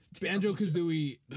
Banjo-Kazooie